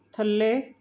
ਥੱਲੇ